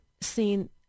seen